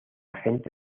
gente